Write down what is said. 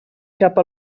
cap